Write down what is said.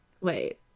Wait